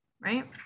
right